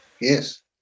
Yes